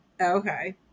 Okay